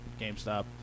GameStop